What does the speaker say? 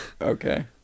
Okay